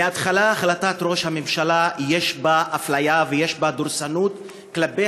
מהתחלה החלטת ראש הממשלה יש בה אפליה ויש בה דורסנות כלפי